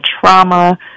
trauma